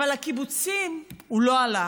אבל לקיבוצים הוא לא הלך,